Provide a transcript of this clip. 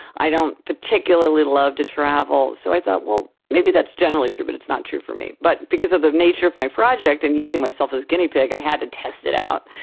i don't particularly love to travel. so i thought, well, maybe that's generally true but it's not true for me. but because of the nature of my project and using myself as a guinea pig i had to test it out.